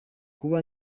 kuba